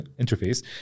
interface